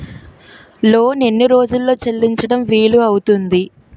Loan ఎన్ని రోజుల్లో చెల్లించడం వీలు అవుతుంది?